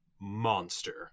monster